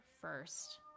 first